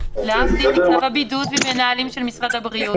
להבדיל מצו הבידוד ומנהלים של משרד הבריאות.